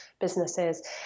businesses